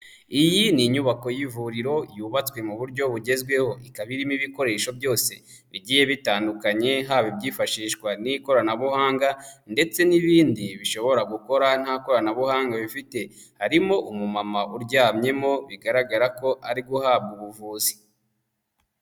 Iyi ni inyubako y'ivuriro yubatswe mu buryo bugezweho, ikaba irimo ibikoresho byose bigiye bitandukanye haba ibyifashishwa n'ikoranabuhanga ndetse n'ibindi bishobora gukora nta koranabuhanga bifite. Harimo umumama uryamyemo bigaragara ko ari guhabwa ubuvuzi.